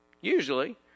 Usually